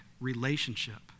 relationship